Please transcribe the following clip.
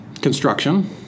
Construction